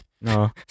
No